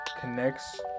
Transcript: connects